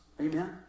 Amen